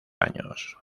años